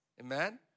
Amen